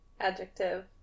Adjective